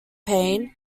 pain